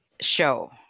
show